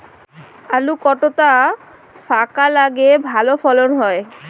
আলু কতটা ফাঁকা লাগে ভালো ফলন হয়?